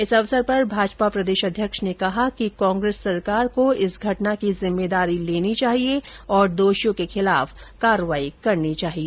इस अवसर पर भाजपा प्रदेश अध्यक्ष ने कहा कि कांग्रेस सरकार को इस घटना की जिम्मेदारी लेनी चाहिए और दोषियों के खिलाफ कार्रवाई करनी चाहिए